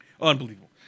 Unbelievable